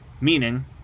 meaning